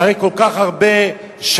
אחרי כל כך הרבה שנים,